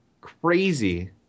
Crazy